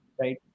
right